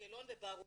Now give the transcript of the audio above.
אשקלון וברודה,